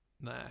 Nah